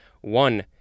One